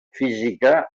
física